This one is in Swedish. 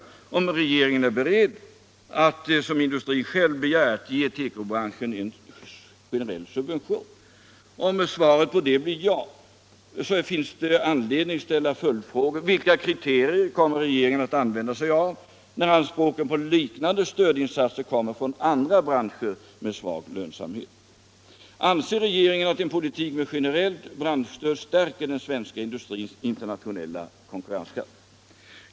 om regeringen är beredd att, som industrin själv begärt, ge tekobranschen en generell subvention. Om svaret blir ja, finns det anledning att ställa följande frågor: Vilka kriterier kommer regeringen att använda sig av när anspråken på liknande stödinsatser kommer från andra branscher med svag lönsamhet? Anser regeringen att en politik med generellt branschstöd stärker den svenska industrins internationella konkurrenskraft?